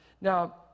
Now